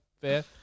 fair